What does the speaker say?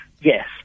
Yes